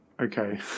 okay